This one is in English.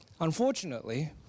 unfortunately